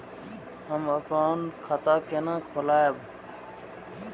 हम अपन खाता केना खोलैब?